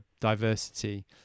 diversity